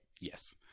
Yes